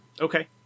Okay